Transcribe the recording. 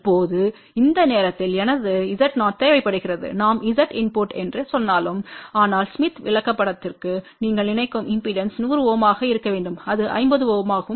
இப்போதுஇந்த நேரத்தில்எனது Z0தேவைப்படுகிறது நாம் Z இன்புட்டு என்று சொன்னாலும் ஆனால் ஸ்மித் விளக்கப்படதுக்கு நீங்கள் நினைக்கும் இம்பெடன்ஸ் 100 Ω ஆக இருக்க வேண்டும் இது 50 ஆகும்